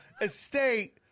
estate